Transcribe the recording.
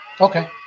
Okay